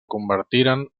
convertiren